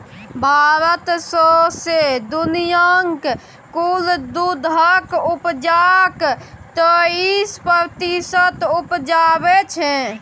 भारत सौंसे दुनियाँक कुल दुधक उपजाक तेइस प्रतिशत उपजाबै छै